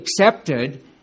accepted